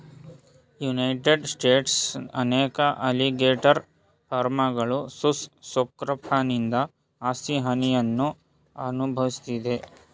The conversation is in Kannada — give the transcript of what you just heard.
ಯುನೈಟೆಡ್ ಸ್ಟೇಟ್ಸ್ನ ಅನೇಕ ಅಲಿಗೇಟರ್ ಫಾರ್ಮ್ಗಳು ಸುಸ್ ಸ್ಕ್ರೋಫನಿಂದ ಆಸ್ತಿ ಹಾನಿಯನ್ನು ಅನ್ಭವ್ಸಿದೆ